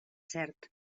cert